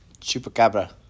Chupacabra